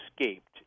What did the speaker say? escaped